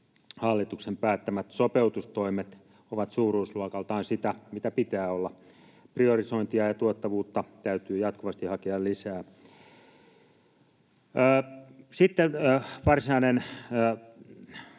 hallituksen päättämät sopeutustoimet ovat suuruusluokaltaan sitä, mitä pitää olla. Priorisointia ja tuottavuutta täytyy jatkuvasti hakea lisää. Sitten varsinainen